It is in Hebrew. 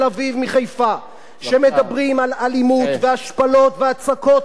שמדברים על אלימות והשפלות והצקות יומיומיות,